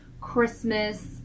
Christmas